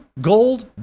gold